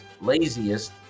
laziest